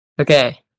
okay